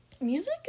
music